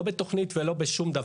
לא בתוכנית ולא בשום דבר.